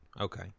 Okay